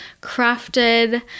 crafted